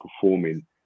performing